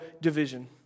division